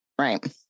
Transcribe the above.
Right